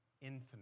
infinite